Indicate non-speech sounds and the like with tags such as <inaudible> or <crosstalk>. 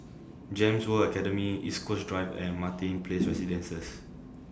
Gems World Academy East Coast Drive and Martin Place <noise> Residences